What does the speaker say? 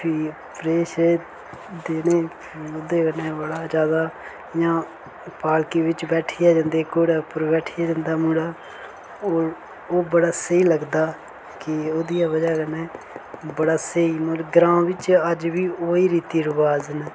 फ्ही प्रे शरे देने फ्ही ओह्दे कन्नै बड़ा ज्यादा इयां पालकी बिच्च बैठियै जंदे घोड़ी दे उप्पर बैठियै जंदा मुड़ा और ओह् बड़ा स्हेई लगदा कि ओह्दी बजह कन्नै बड़ा स्हेई मतलब ग्रांऽ बिच्च अज्ज बी ओह् ही रीति रिवाज न